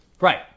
Right